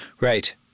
Right